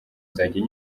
nzajya